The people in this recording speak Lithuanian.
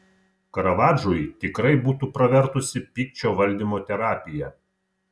karavadžui tikrai būtų pravertusi pykčio valdymo terapija